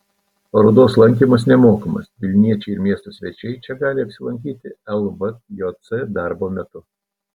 parodos lankymas nemokamas vilniečiai ir miesto svečiai čia gali apsilankyti lvjc darbo metu